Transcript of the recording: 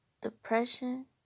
depression